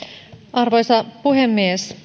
arvoisa puhemies